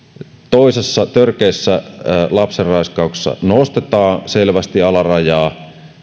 toisessa eli törkeässä lapsenraiskauksessa nostetaan selvästi alarajaa